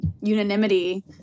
unanimity